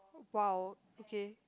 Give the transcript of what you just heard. !wow! okay